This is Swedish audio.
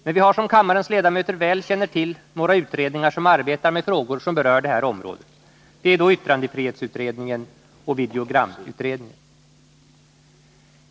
Men vi har, som kammarens ledamöter väl känner till, några utredningar som arbetar med frågor som berör det här området, nämligen yttrandefrihetsutredningen och videogramutredningen.